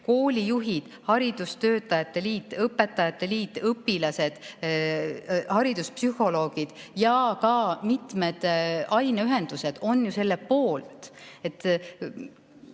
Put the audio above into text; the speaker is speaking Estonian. Koolijuhid, haridustöötajate liit, õpetajate liit, õpilased, hariduspsühholoogid ja ka mitmed aineühendused on ju selle poolt.